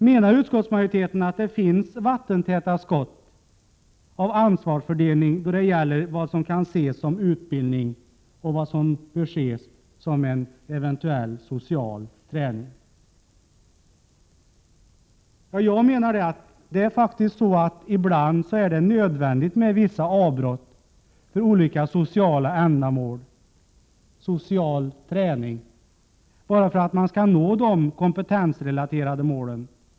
Menar utskottsmajoriteten att det finns vattentäta skott av ansvarsfördelning mellan vad som kan ses som utbildning och vad som bör ses som en eventuell social träning? Ibland är det faktiskt nödvändigt med vissa avbrott för olika sociala ändamål — social träning — bara för att man skall nå de kompetensrelaterade målen.